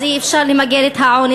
אי-אפשר למגר את העוני.